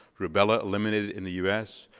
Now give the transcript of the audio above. rubella eliminated in the us,